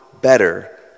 better